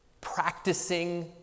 practicing